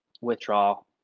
withdrawal